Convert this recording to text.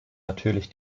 natürlich